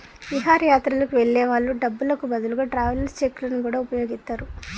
విహారయాత్రలకు వెళ్ళే వాళ్ళు డబ్బులకు బదులుగా ట్రావెలర్స్ చెక్కులను గూడా వుపయోగిత్తరు